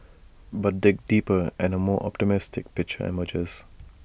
but dig deeper and A more optimistic picture emerges